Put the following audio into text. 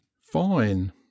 fine